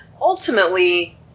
ultimately